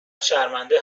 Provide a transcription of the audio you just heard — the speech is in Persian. شرمنده